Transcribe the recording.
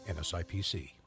NSIPC